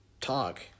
talk